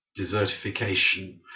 desertification